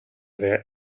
their